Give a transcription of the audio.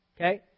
Okay